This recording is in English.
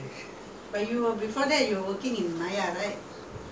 mister pang is around the later stage of the uh marriage